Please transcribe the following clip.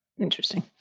Interesting